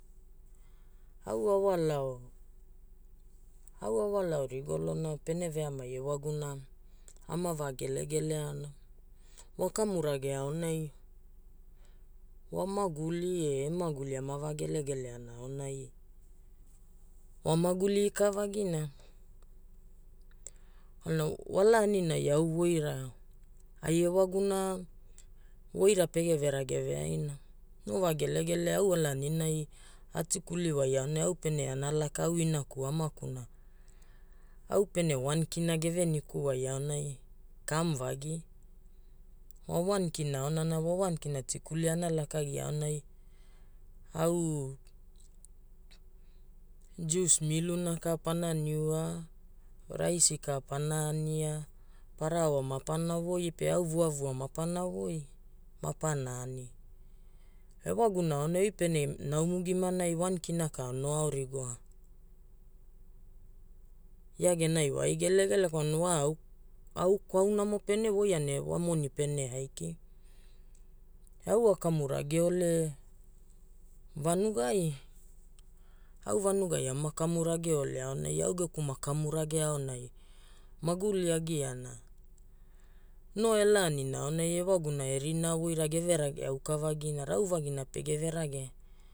Au a walao rigolona pene veamai ewaguna ama va gelegele ana, wa kamu rage aonai, wa maguli e e maguli ama va gelegeleana aonai wa maguli ika vagina kwalana wa laaninai au voira ai ewaguna voira pege ve rage veaina. No va gelegele au wa laanina a tikuli wai au pene ana laka au inaku e amakuna au pene K1 ge veniku wai aonai kamu vagi. Wa K1 aonana, wa K1 tikuli ai ana lakagia aonai au juice miluna ka pana niua, raisi ka pana ania, paraoa ma pana voi, pa au vuavua mapana voi mapana ani. Ewaguna aonai oi pene naumu gimanai K1 ka ono ao rigoa, ia genai wa ai gelegele kwalana wa au kwauna mo pene voia ne wa moni pene aiki. Au a kamu rageole vanugai, au vanugai ama kamu rageole aonai, au geku kamu rage aonai maguli agiaana, no e laanina aonai ewaguna e rinaa voira geve rage auka vagina, rau vagina pege ve rage